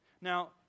Now